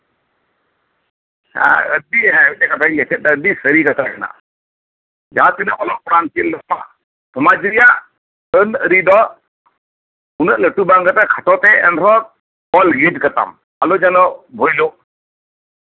ᱢᱤᱫᱴᱮᱡ ᱠᱟᱛᱷᱟᱧ ᱞᱟᱹᱭᱮᱫ ᱛᱟᱸᱦᱮᱱ ᱟᱹᱰᱤ ᱥᱟᱹᱨᱤ ᱠᱟᱛᱷᱟ ᱠᱟᱱᱟ ᱡᱟᱸᱦᱟ ᱛᱤᱱᱟᱹᱜ ᱚᱞᱚᱜ ᱯᱟᱲᱦᱟᱜ ᱮᱢ ᱪᱮᱫ ᱨᱮᱦᱚᱸ ᱥᱚᱢᱟᱡ ᱨᱮᱭᱟᱜ ᱟᱹᱱ ᱟᱹᱨᱤ ᱫᱚ ᱩᱱᱟᱹᱜ ᱞᱟᱹᱴᱩᱛᱮ ᱵᱟᱝ ᱮᱢ ᱠᱟᱛᱮᱜ ᱚᱞ ᱢᱤᱫ ᱠᱟᱛᱟᱢ ᱟᱞᱚ ᱡᱮᱱᱚ ᱵᱷᱩᱭᱞᱚᱜ